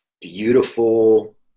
beautiful